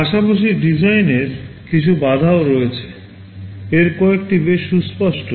এখন পাশাপাশি ডিজাইনের কিছু বাধাও রয়েছে এর কয়েকটি বেশ সুস্পষ্ট